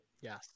Yes